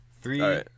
Three